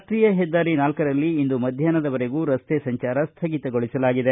ರಾಷ್ಟೀಯ ಹೆದ್ದಾರಿ ನಾಲ್ಕರಲ್ಲಿ ಇಂದು ಮಧ್ಯಾಷ್ನದ ವರೆಗೂ ರಸ್ತೆ ಸಂಚಾರ ಸ್ವಗಿತಗೊಳಿಸಲಾಗಿದೆ